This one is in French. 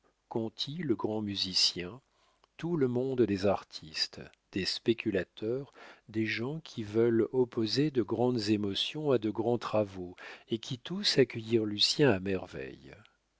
bridau conti le grand musicien tout le monde des artistes des spéculateurs des gens qui veulent opposer de grandes émotions à de grands travaux et qui tous accueillirent lucien à merveille